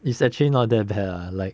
it's actually not that bad lah like